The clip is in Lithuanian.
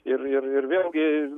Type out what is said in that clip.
ir ir ir vėlgi